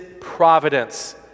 providence